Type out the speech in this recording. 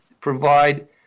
provide